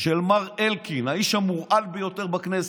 של מר אלקין, האיש המורעל ביותר בכנסת.